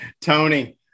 Tony